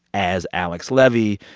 as alex levy,